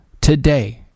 today